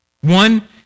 One